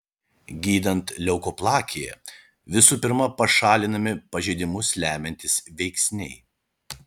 gydant leukoplakiją visų pirma pašalinami pažeidimus lemiantys veiksniai